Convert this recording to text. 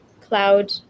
cloud